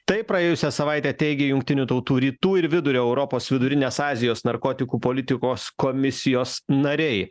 taip praėjusią savaitę teigė jungtinių tautų rytų ir vidurio europos vidurinės azijos narkotikų politikos komisijos nariai